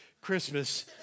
Christmas